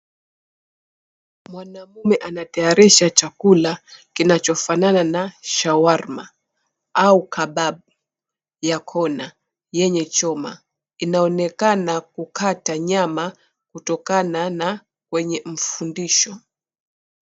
Mwanaume anatayarisha chakula kinachofanana na shawarma au kabab ya kona yenye choma. Inaonekana kukata nyama kutokana na wenye mfundisho.